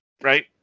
Right